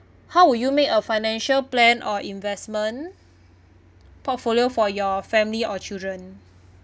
how will you make a financial plan or investment portfolio for your family or children